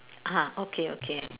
ah okay okay